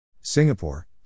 Singapore